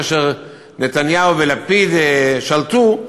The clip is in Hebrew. כאשר נתניהו ולפיד שלטו,